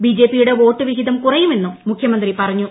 ബിജെപിയുടെ വോട്ട് വിഹിതം കുറയുമെന്നും മുഖ്യമന്ത്രി പറഞ്ഞു